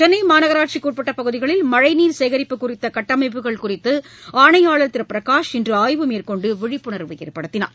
சென்னை மாநகராட்சிக்கு உட்பட்ட பகுதிகளில் மழழீர் சேகரிப்புக் குறித்த கட்டமைப்புகள் குறித்து ஆணையாளர் திரு பிரகாஷ் இன்று ஆய்வு மேற்கொண்டு விழிப்புணர்வு ஏற்படுத்தினார்